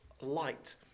light